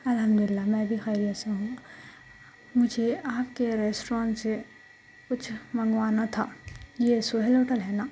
الحمد اللہ میں بھی خیریت سے ہوں مجھے آپ کے ریسٹورینٹ سے کچھ منگوانا تھا یہ سہیل ہوٹل ہے نا